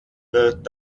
wird